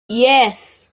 yes